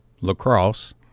lacrosse